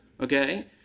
okay